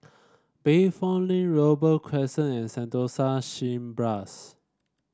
Bayfront Link Robey Crescent and Sentosa Cineblast